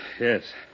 Yes